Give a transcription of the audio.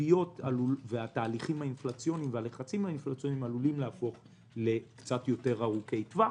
הציפיות והלחצים האינפלציוניים עלולים להפוך לארוכי טווח.